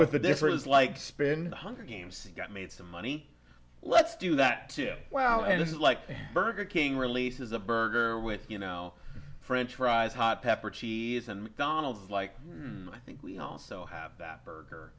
what's with the difference like spin hunger games get made some money let's do that well and it's like burger king releases a burger with you know french fries hot pepper cheese and mcdonald's like i think we also have that burger